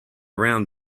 round